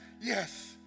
yes